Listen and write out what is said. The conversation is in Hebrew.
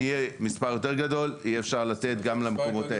יהיה מספר יותר גדול יהיה אפשר לתת גם למקומות האלה.